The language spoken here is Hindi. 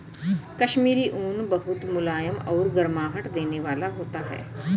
कश्मीरी ऊन बहुत मुलायम और गर्माहट देने वाला होता है